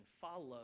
Follow